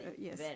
Yes